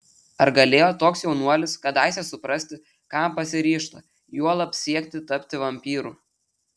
ar galėjo toks jaunuolis kadaise suprasti kam pasiryžta juolab siekti tapti vampyru